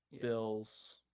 Bills